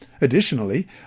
Additionally